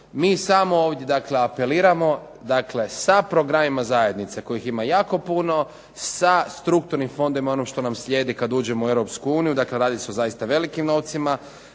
Mi samo ovdje dakle apeliramo, dakle sa programima zajednice kojih ima jako puno, sa strukturnim fondovima i ono što nam slijedi kad uđemo u Europsku uniju, dakle radi se o zaista velikim novcima,